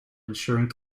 ensuring